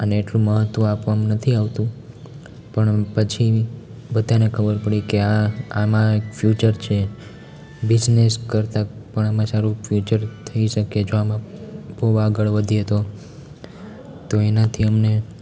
આને એટલું મહત્વ આપવામાં નથી આવતું પણ પછી બધાને ખબર પડી કે આ આમાં એક ફ્યુચર છે બિઝનસ કરતાં પણ આમાં સારું ફ્યુચર થઈ શકે જો આમાં બહુ આગળ વધીએ તો તો એનાથી અમને